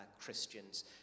Christians